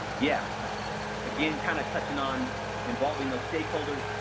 yeah but again, kind of touching on involving the stakeholders,